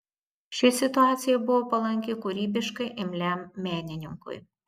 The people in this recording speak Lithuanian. ši situacija buvo palanki kūrybiškai imliam menininkui